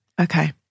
Okay